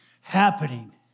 happening